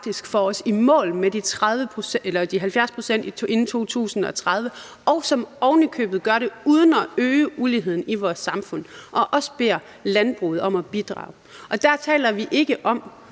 får os i mål med de 70 pct. inden 2030, og som ovenikøbet gør det uden at øge uligheden i vores samfund og også beder landbruget om at bidrage. Der taler vi ikke om